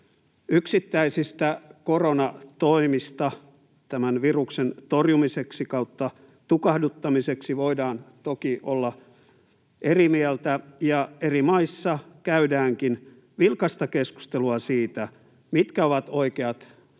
Yksittäisistä koronatoimista tämän viruksen torjumiseksi/tukahduttamiseksi voidaan toki olla eri mieltä, ja eri maissa käydäänkin vilkasta keskustelua siitä, mitkä ovat oikeat,